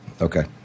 Okay